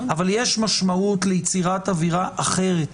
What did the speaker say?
אבל יש משמעות ליצירת אווירה אחרת.